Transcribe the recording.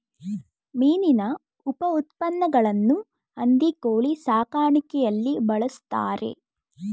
ಮೀನಿನ ಉಪಉತ್ಪನ್ನಗಳನ್ನು ಹಂದಿ ಕೋಳಿ ಸಾಕಾಣಿಕೆಯಲ್ಲಿ ಬಳ್ಸತ್ತರೆ